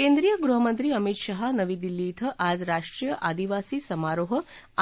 केंद्रीय गृहमंत्री अमित शहा नवी दिल्ली कें आज राष्ट्रीय आदिवासी समारोह